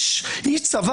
אין לי אף אחד במשטרה,